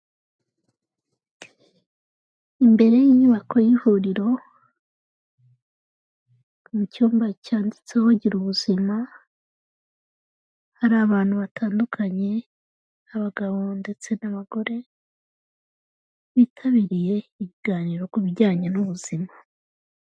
Imbere y'inyubako y'ihuriro mu cyumba cyanditseho gira ubuzima hari abantu batandukanye, abagabo ndetse n'abagore bitabiriye ibiganiro ku bijyanye n'ubuzima.